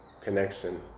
connection